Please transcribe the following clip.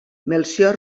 melcior